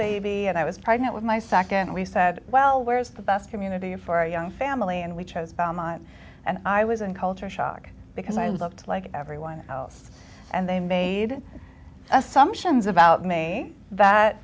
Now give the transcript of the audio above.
baby and i was pregnant with my nd we said well where's the best community for our young family and we chose belmont and i was in culture shock because i looked like everyone else and they made assumptions about me that